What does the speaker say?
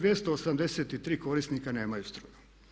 283 korisnika nemaju struju.